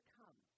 come